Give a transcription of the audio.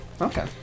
Okay